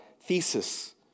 thesis